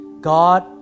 God